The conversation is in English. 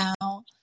now